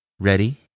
Ready